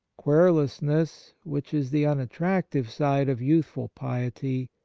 querulousness, which is the unattractive side of youthful piety,